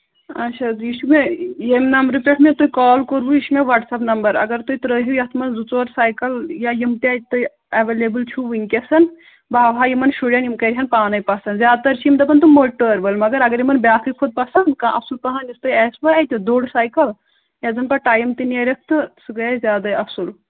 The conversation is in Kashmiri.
اچھا یہِ چھُ مےٚ ییٚمہِ نَمبرٕ پٮ۪ٹھ مےٚ تۄہہِ کال کوٚروُ یہِ چھُ مےٚ وَٹسیپ نمبر اَگر تُہۍ ترٛٲیہِو یَتھ منٛز زٕ ژور سایکل یا یِم تہِ اَتہِ تۄہہِ اٮ۪ویلیبٕل چھُو وٕنۍکٮ۪س بہٕ ہاوٕ ہا یِمن شُرٮ۪ن یِم کَرِہن پانَے پَسنٛد زیادٕ تر چھِ یِم دَپان تِم مٔٹۍ ٹٲر وٲلۍ مَگر اَگر یِمن بیٛاکھٕے کھوٚت پسنٛد کانٛہہ اَصٕل پَہن یُس تۄہہِ آسِوٕ اَتہِ دوٚر سایکل یَتھ زَن پَتہٕ ٹایم تہِ نیرٮ۪کھ تہٕ سُہ گٔیے زیادَے اَصٕل